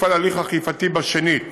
יופעל הליך אכיפתי בשנית.